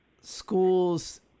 schools